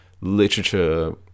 literature